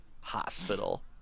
hospital